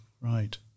right